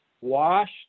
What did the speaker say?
washed